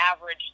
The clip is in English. average